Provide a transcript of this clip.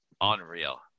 Unreal